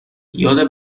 یاد